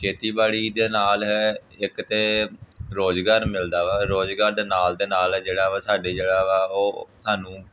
ਖੇਤੀਬਾੜੀ ਦੇ ਨਾਲ ਇੱਕ ਤਾਂ ਰੁਜ਼ਗਾਰ ਮਿਲਦਾ ਵਾ ਰੁਜ਼ਗਾਰ ਦੇ ਨਾਲ ਦੇ ਨਾਲ ਜਿਹੜਾ ਵਾ ਸਾਡੀ ਜਿਹੜਾ ਵਾ ਉਹ ਸਾਨੂੰ